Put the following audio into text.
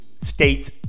states